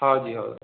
हाँ जी हाँ